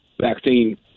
vaccine